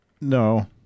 No